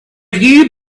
you